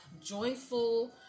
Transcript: joyful